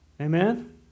Amen